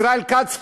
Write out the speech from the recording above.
ישראל כץ,